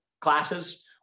classes